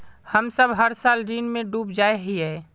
हम सब हर साल ऋण में डूब जाए हीये?